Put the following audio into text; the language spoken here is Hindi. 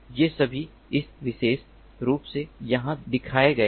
ये सभी इस विशेष रूप से यहां दिखाए गए हैं